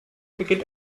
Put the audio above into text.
beginnt